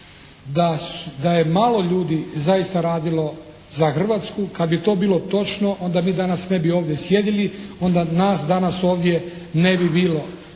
da je malo ljudi zaista radilo za Hrvatsku. Kad bi to bilo točno onda mi danas ne bi ovdje sjedili, onda nas danas ovdje ne bi bilo.